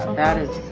that is,